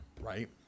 Right